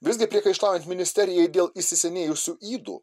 visgi priekaištaujant ministerijai dėl įsisenėjusių ydų